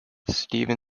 steven